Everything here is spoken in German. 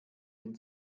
den